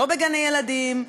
לא בגני-ילדים,